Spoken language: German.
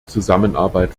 zusammenarbeit